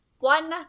One